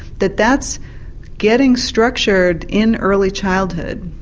that that's getting structured in early childhood,